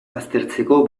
baztertzeko